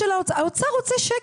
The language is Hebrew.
האוצר רוצה שקט.